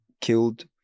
killed